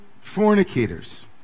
fornicators